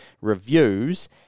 reviews